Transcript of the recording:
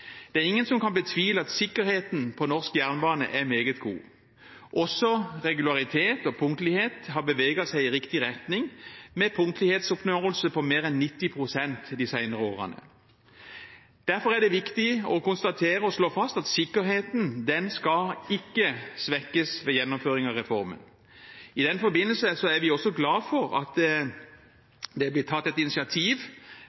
Det er ingen som kan betvile at sikkerheten på norsk jernbane er meget god. Også regularitet og punktlighet har beveget seg i riktig retning, med punktlighetsoppnåelse på mer enn 90 pst. de senere årene. Derfor er det viktig å slå fast at sikkerheten ikke skal svekkes ved gjennomføring av reformen. I den forbindelse er vi også glad for at